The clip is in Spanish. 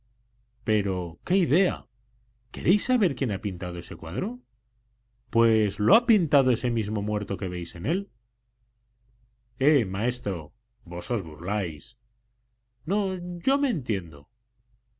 pero qué idea queréis saber quién ha pintado ese cuadro pues lo ha pintado ese mismo muerto que veis en él eh maestro vos os burláis no yo me entiendo